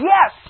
Yes